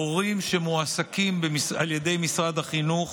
מורים שמועסקים על ידי משרד החינוך,